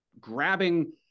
grabbing